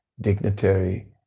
dignitary